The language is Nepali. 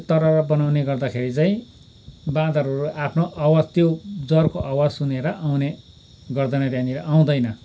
त्यो तररर बनाउँने गर्दाखेरि चाहिँ बाँदरहरू आफ्नो आबाज त्यो जरको आवाज सुनेर आउने गर्दैन त्यहाँनिर आउँदैन